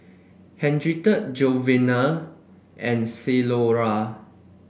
Henriette Jovani and Ceola